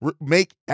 make